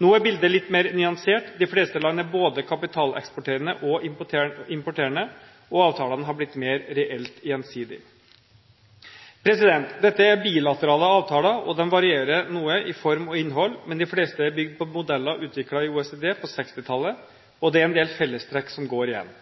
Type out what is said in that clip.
Nå er bildet litt mer nyansert – de fleste land er både kapitaleksporterende og -importerende, og avtalene har blitt mer reelt gjensidige. Dette er bilaterale avtaler, og de varierer noe i form og innhold, men de fleste er bygget på modeller utviklet i OECD på 1960-tallet, og det er en del fellestrekk som går igjen.